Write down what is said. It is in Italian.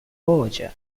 voce